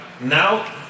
now